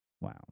Wow